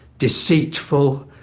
deceitful,